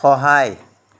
সহায়